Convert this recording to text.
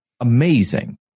Amazing